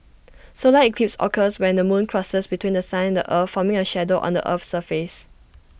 solar eclipses occurs when the moon crosses between The Sun the earth forming A shadow on the Earth's surface